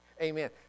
Amen